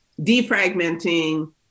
defragmenting